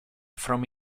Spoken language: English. from